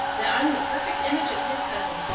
that i'm the perfect image of his cousin,